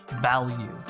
value